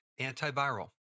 antiviral